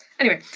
anyway,